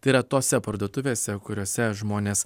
tai yra tose parduotuvėse kuriose žmonės